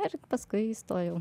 ir paskui įstojau